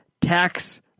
tax